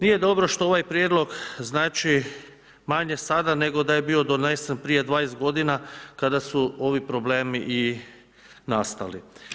Nije dobro što ovaj prijedlog znači, manje sada, nego da je bio donesen prije 20 g. kada su ovi problemi i nastali.